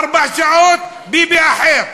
ארבע שעות, ביבי אחר.